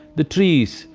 the trees,